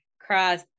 cross